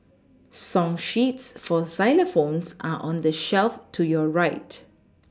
song sheets for xylophones are on the shelf to your right